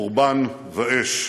חורבן ואש.